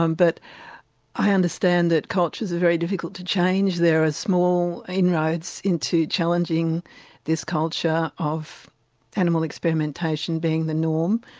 um but i understand that cultures are very difficult to change, there are ah small inroads into challenging this culture of animal experimentation being the norm,